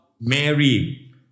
Mary